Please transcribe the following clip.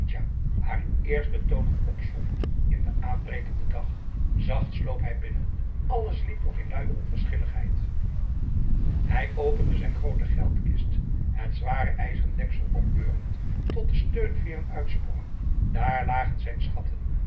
haar eerste tonen opzond in den aanbrekenden dag zacht sloop hij binnen alles sliep nog in luie onverschilligheid hij opende zijn groote geldkist het zware ijzeren deksel opbeurend tot de steunveeren uitsprongen daar lagen zijn schatten